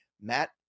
Matt